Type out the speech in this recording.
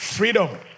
Freedom